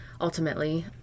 ultimately